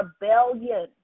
rebellion